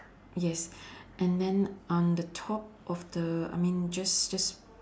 yes and then on the top of the I mean just just